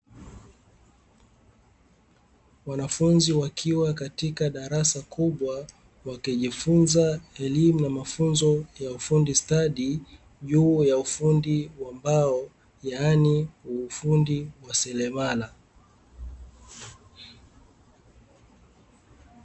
Wanafunzi wakiwa katika darasa kubwa, wakijifunza elimu na mafunzo ya ufundi stadi juu ya ufundi wa mbao yaani ufundi wa selemala.